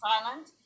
silent